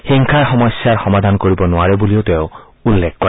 হিংসাই সমস্যাৰ সমাধান কৰিব নোৱাৰে বুলিও তেওঁ উল্লেখ কৰে